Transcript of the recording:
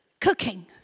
cooking